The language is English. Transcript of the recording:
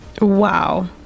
Wow